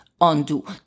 undo